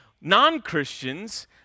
non-Christians